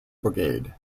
brigade